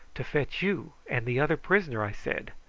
to fetch you and the other prisoner! i said.